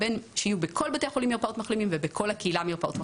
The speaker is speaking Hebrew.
שיהיו בכל בתי החולים ובכל הקהילה מרפאות מחלימים,